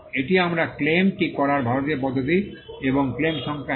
এটি আমরা ক্লেম টি করার ভারতীয় পদ্ধতি এবং ক্লেম সংখ্যা 1